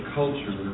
culture